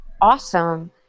awesome